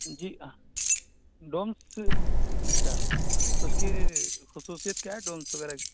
جی ڈومس اچھا اس کی خصوصیت کیا ہے ڈومس وغیرہ کی